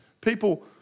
People